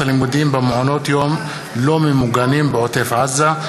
הלימודים במעונות-יום לא ממוגנים בעוטף-עזה.